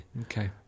Okay